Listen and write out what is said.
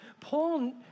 Paul